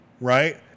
right